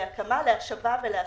להקמה, להשבה ולהסבה.